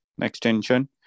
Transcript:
extension